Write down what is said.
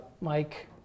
Mike